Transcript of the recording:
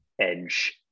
edge